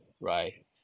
right